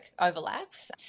overlaps